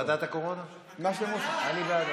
כלכלה.